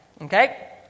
okay